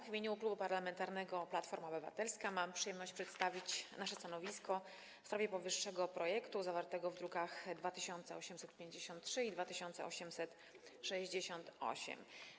W imieniu Klubu Parlamentarnego Platforma Obywatelska mam przyjemność przedstawić nasze stanowisko w sprawie powyższego projektu zawartego w drukach nr 2853 i 2868.